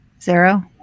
Zero